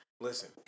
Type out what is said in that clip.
Listen